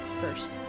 first